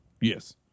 Yes